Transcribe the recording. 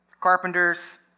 carpenters